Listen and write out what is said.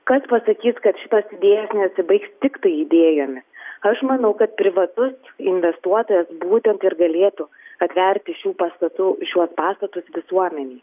kas pasakys kad šitos idėjos nesibaigs tiktai idėjomis aš manau kad privatus investuotojas būtent ir galėtų atverti šių pastatų šiuos pastatus visuomenei